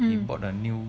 hmm